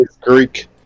Greek